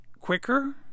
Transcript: quicker